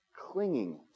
clinging